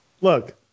look